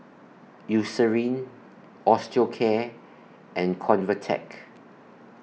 Eucerin Osteocare and Convatec